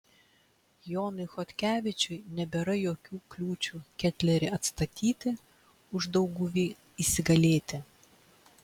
jonui chodkevičiui nebėra jokių kliūčių ketlerį atstatyti uždauguvy įsigalėti